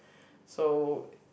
so